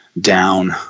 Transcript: down